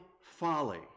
Folly